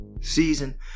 season